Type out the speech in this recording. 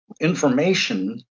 information